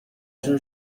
جور